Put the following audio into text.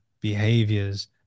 behaviors